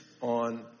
on